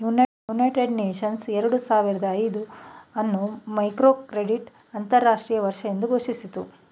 United nations ಎರಡು ಸಾವಿರದ ಐದು ಅನ್ನು ಮೈಕ್ರೋಕ್ರೆಡಿಟ್ ಅಂತರಾಷ್ಟ್ರೀಯ ವರ್ಷ ಎಂದು ಘೋಷಿಸಿತು